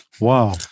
Wow